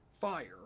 fire